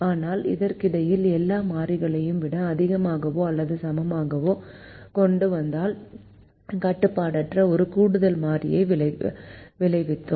ஆனால் இதற்கிடையில் எல்லா மாறிகளையும் விட அதிகமாகவோ அல்லது சமமாகவோ கொண்டு வந்ததால் கட்டுப்பாடற்ற ஒரு கூடுதல் மாறியை விளைவித்தோம்